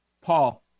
Paul